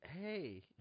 hey